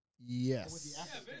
Yes